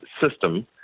system